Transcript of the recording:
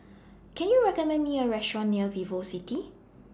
Can YOU recommend Me A Restaurant near Vivocity